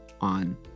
on